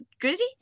grizzy